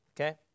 Okay